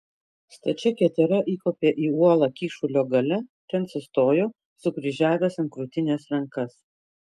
stačia ketera įkopė į uolą kyšulio gale ten sustojo sukryžiavęs ant krūtinės rankas